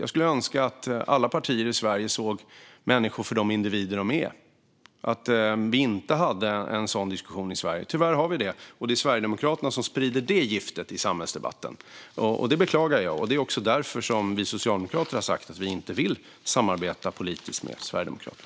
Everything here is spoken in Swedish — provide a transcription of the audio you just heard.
Jag skulle önska att alla partier i Sverige såg människor som de individer de här och att vi inte hade en sådan diskussion i Sverige. Tyvärr har vi det. Det är Sverigedemokraterna som sprider det giftet i samhällsdebatten, och det beklagar jag. Det är också därför som vi socialdemokrater har sagt att vi inte vill samarbeta politiskt med Sverigedemokraterna.